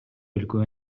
өлкө